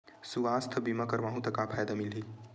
सुवास्थ बीमा करवाहू त का फ़ायदा मिलही?